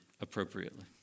appropriately